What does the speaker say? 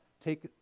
Take